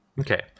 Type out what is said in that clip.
Okay